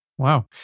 Wow